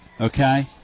okay